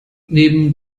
neben